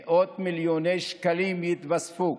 מאות מיליוני שקלים התווספו